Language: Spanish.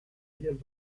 ellas